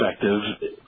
perspective